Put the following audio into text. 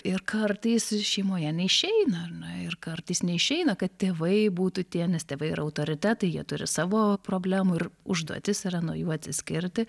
ir kartais šeimoje neišeina ar ne ir kartais neišeina kad tėvai būtų tie nes tėvai ir autoritetai jie turi savo problemų ir užduotis yra nuo jų atsiskirti